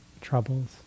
troubles